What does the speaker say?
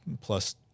Plus